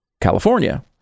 California